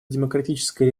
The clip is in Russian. демократическая